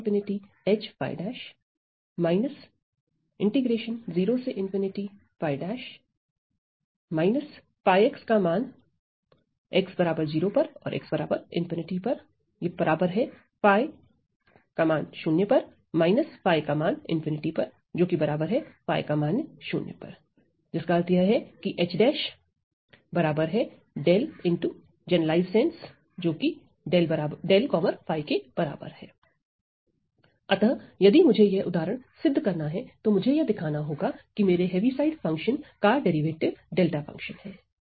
प्रदर्शित कीजिए H 𝜹 हल अतः यदि मुझे यह उदाहरण सिद्ध करना है तो मुझे यह दिखाना होगा कि मेरे हैवी साइड फंक्शन का डेरिवेटिव डेल्टा फंक्शन है